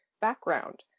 background